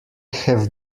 have